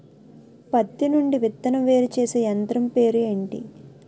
పత్తి నుండి విత్తనం వేరుచేసే యంత్రం పేరు ఏంటి